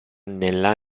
nella